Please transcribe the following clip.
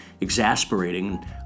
exasperating